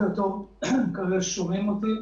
אני חייב לשוב ולומר בעניין הזה,